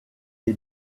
est